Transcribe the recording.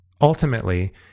Ultimately